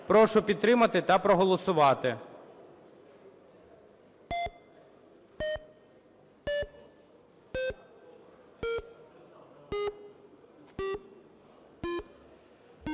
Прошу підтримати та проголосувати.